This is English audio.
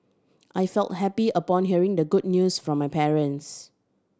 I felt happy upon hearing the good news from my parents